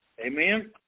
amen